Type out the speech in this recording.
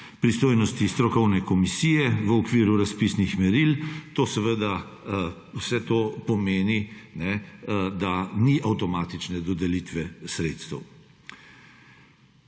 pristojnosti strokovne komisije v okviru razpisnih meril. Seveda vse to pomeni, da ni avtomatične dodelitve sredstev.